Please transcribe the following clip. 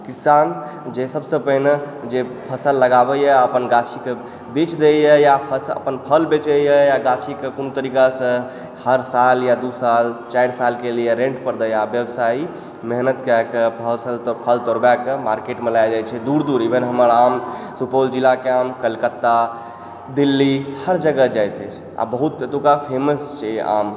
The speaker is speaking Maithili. किसान जे सब सऽ पहिने जे फसल लगाबै यऽ अपन गाछीके बेच दैत यऽ या अपन फल बेचै यऽ गाछीके कोनो तरीका सऽ हर साल या दू साल चारि साल के लियऽ रेंट पर दै यऽ आ व्यवसायी मेहनत कए कऽ फल तोड़बए कऽ मार्केटमे लए जाइ छै दूर दूर इभेन हमर आम सुपौल जिलाके आम कलकत्ता दिल्ली हर जगह जाइत अछि आ बहुत एतौका फेमस छै आम